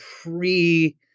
pre